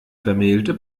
vermählte